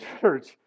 church